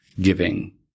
giving